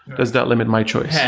does that limit my choice?